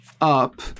up